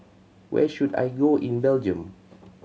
where should I go in Belgium